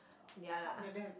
ya lah